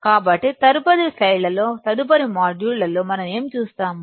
కాబట్టి తదుపరి స్లైడ్లలో తదుపరి మాడ్యూళ్ళలో మనం ఏమి చూస్తాము